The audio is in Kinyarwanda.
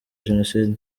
jenoside